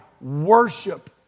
worship